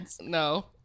no